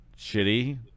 shitty